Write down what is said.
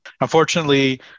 unfortunately